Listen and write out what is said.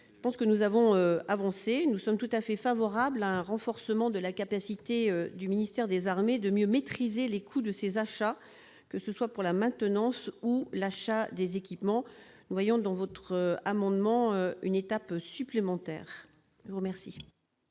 En résumé, nous avons avancé, et nous sommes tout à fait favorables à un renforcement de la capacité du ministère des armées à mieux maîtriser les coûts de ses achats, que ce soit pour la maintenance ou l'achat des équipements. Nous voyons dans votre amendement, madame la ministre, une étape supplémentaire. Je mets aux voix